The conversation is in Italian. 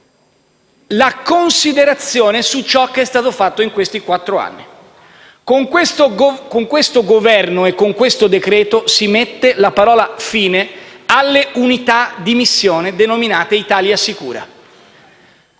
la considerazione su ciò che è stato fatto in questi quattro anni. Con questo Governo e con questo decreto-legge si mette la parola fine alle unità di missione denominate ItaliaSicura.